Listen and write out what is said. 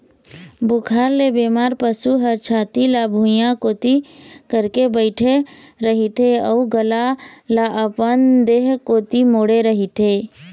बुखार ले बेमार पशु ह छाती ल भुइंया कोती करके बइठे रहिथे अउ गला ल अपन देह कोती मोड़े रहिथे